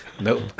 Nope